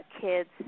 kids